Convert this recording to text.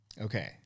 Okay